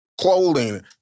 clothing